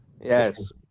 yes